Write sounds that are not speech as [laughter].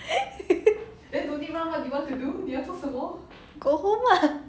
[laughs] go home lah